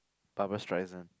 Barbra-Streisand